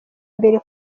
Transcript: mbere